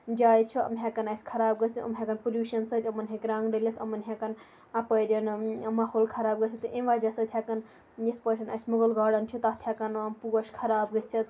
جایہِ چھِ یِم ہٮ۪کَن اَسہِ خراب گٔژھِتھ یِم ہٮ۪کَن پٕلوٗشَن سۭتۍ یِمَن ہیٚکہِ رَنٛگ ڈٔلِتھ یِمَن ہٮ۪کَن اَپٲرٮ۪ن ماحول خراب گٔژھِتھ تہٕ اَمہِ وَجہ سۭتۍ ہٮ۪کَن یِتھ پٲٹھۍ اَسہِ مُغل گاڈَن چھِ تَتھ ہٮ۪کَن یِم پوش خراب گٔژھِتھ